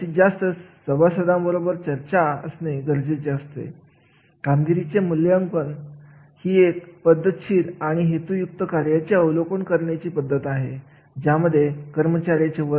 आणि प्रत्येक संबंधित कार्याचे महत्त्व त्या रचनेनुसार वेगवेगळे असते मग या रचनेमध्ये क्रमाने आणि सातत्य पद्धतीने प्रत्येक कार्याचे मुद्दे आणि संस्थेची परिस्थिती विचारात घेतली जाते